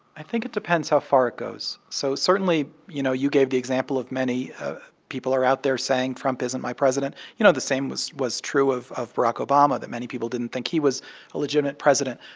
i think it depends how far it goes. so certainly, you know, you gave the example of many people are out there saying trump isn't my president. you know, the same was was true of of barack obama that many people didn't think he was a legitimate president.